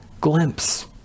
glimpse